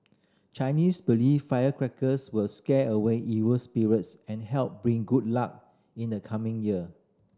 Chinese believe firecrackers will scare away evil spirits and help bring good luck in the coming year